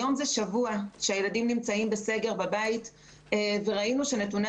היום זה שבוע שהילדים נמצאים בסגר בבית וראינו שנתוני